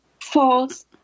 false